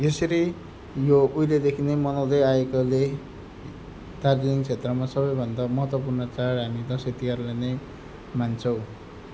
यसरी यो उहिलेदेखि नै मनाउँदै आएकोले दार्जिलिङ क्षेत्रमा सबैभन्दा महत्त्वपूर्ण चाड हामी दसैँ तिहारलाई नै मान्छौँ